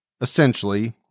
essentially